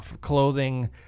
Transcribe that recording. clothing